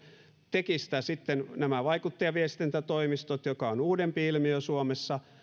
tekivät sitä sitten nämä vaikuttajaviestintätoimistot joka on uudempi ilmiö suomessa